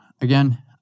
again